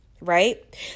right